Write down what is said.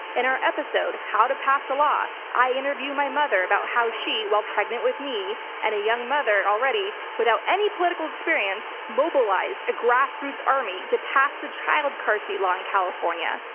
in our episode how to pass a law, i interview my mother about how she, while pregnant with me and a young mother already without any political experience, mobilized a grassroots army to pass the child car seat law in california.